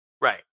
right